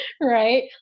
right